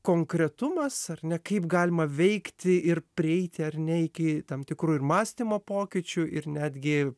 konkretumas ar ne kaip galima veikti ir prieiti ar ne iki tam tikrų ir mąstymo pokyčių ir netgi